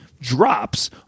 drops